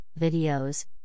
videos